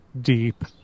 Deep